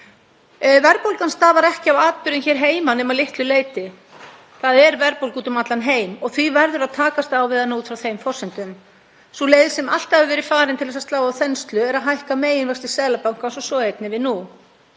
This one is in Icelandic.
Verðbólgan stafar ekki af atburðum hér heima nema að litlu leyti. Það er verðbólga úti um allan heim og því verður að takast á við hana út frá þeim forsendum. Sú leið sem alltaf hefur verið farin til þess að slá á þenslu er að hækka meginvexti Seðlabankans og svo er einnig nú.